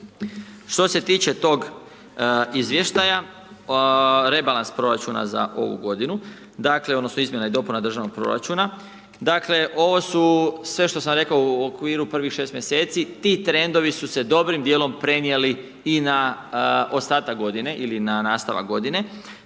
Što se tiče tog izvještaja rebalans proračuna za ovu godinu, dakle, odnosno izmjena i dopuna državnog proračuna. Dakle, ovo su sve što sam rekao u okviru prvih 6 mjeseci, ti trendovi su se dobrim dijelom prenijeli i na ostatak godine ili na nastavak godine